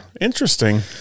interesting